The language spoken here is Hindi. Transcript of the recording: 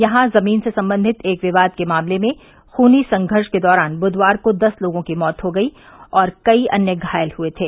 यहां जमीन से संबंधित एक विवाद के मामले में खूनी संघर्ष के दौरान बुधवार को दस लोगों की मौत हो गई और कई अन्य घायल हुए थे